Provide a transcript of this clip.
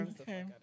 Okay